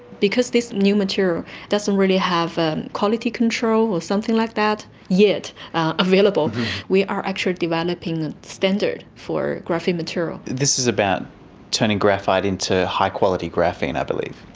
because this new material doesn't really have ah quality control or something like that yet available we are actually developing a standard for graphene materials. this is about turning graphite into high-quality graphene, i believe.